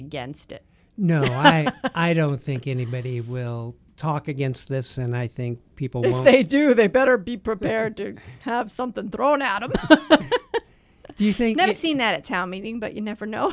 against it no i don't think anybody will talk against this and i think people do they better be prepared to have something thrown out of do you think that it's seen that town meeting but you never know